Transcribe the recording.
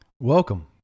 Welcome